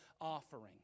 offering